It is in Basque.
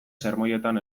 sermoietan